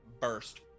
burst